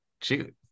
shoot